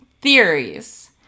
theories